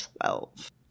Twelve